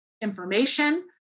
information